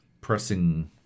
pressing